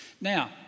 Now